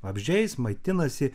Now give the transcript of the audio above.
vabzdžiais maitinasi